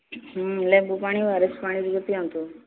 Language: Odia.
ଲେମ୍ବୁ ପାଣି ଓ ଆର୍ ଏସ୍ ପାଣି ଟିକିଏ ପିଆନ୍ତୁ